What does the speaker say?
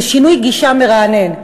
זה שינוי גישה מרענן.